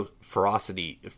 ferocity